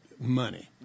money